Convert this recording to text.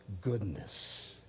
goodness